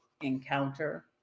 encounter